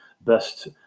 best